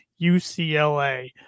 UCLA